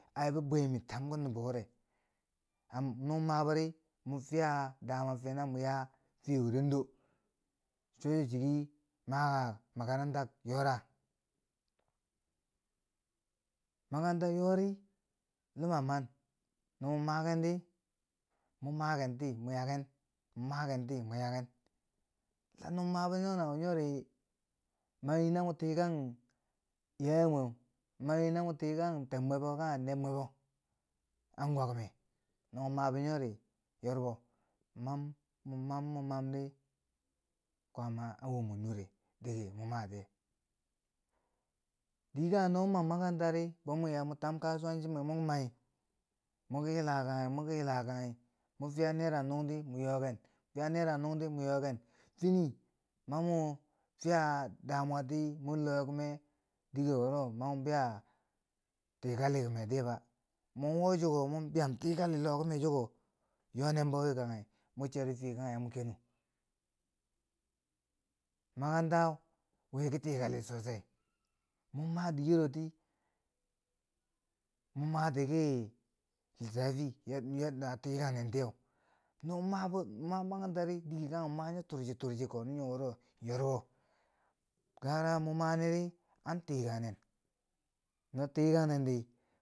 Ai bibwemi tamki nubo wure, am mo mabori, mwa fiya dama fe na mu yaa fiye wurendo? cho chiki maka makarantak yora, makaranta yori luma man, no mo mani di, mo makenti mo yaaken, mo makenti mo yaaken, la mo mabo nyo na wo nyori, ma manyi na tikang iyaye mwe, manye na mo tikang tebmwebo kanghe neb mwebo anguwa kime? no mwa mabo nyori yorbo, ma mam mo man mo mam ri, kwaama an wom mwen nureu dike mo matiyeu dikanghe no mwan mam makaranta ri, bo mwan iya mo tam kasuwanci mwe, mo ti mai mugi yilakanghi mugi, yilakanghi, mo fiye naira nung ri mo yoken, mo fiya naira nung ri mo yoken, fini ma mo fiya damuwa ti mor luwe kime, dike wuro mani a biya tikali kime tiye ba, mon wo chiko mwan biyam tikali loh kime chiko, yonenbowi mo chiri fiye kanghe mo cher fiye kaghe yamu keni. makaranta wi ki tikali sosai, mo ma dikeroti, mo mati ki lissafi yadda a tikang nen tiyeu, no mo mabo makarantari dike kanghe mun ma nyo tirchi tirchi koni nyo wuro yorbo, gara mo mani ri an tikang nen, no tikang nen di.